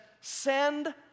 send